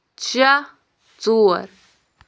شےٚ ژور